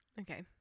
Okay